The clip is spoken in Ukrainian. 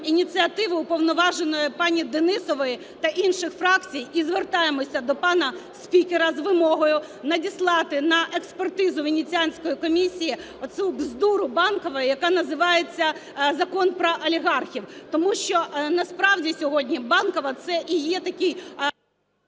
ініціативу Уповноваженої пані Денісової та інших фракцій і звертаємося до пана спікера з вимогою надіслати на експертизу до Венеціанської комісії оцю бздуру Банкової, яка називається Закон про олігархів, тому що насправді сьогодні Банкова це і є такий...